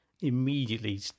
immediately